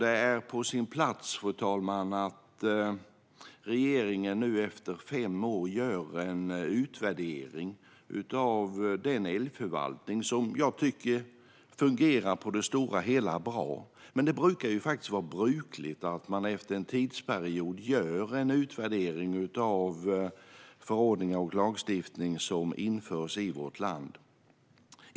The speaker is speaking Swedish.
Det är också på sin plats att regeringen nu efter fem år gör en utvärdering av den älgförvaltning som jag tycker fungerar bra i det stora hela. Men det är faktiskt brukligt att man efter en tidsperiod gör en utvärdering av förordningar och lagstiftning som införs i vårt land.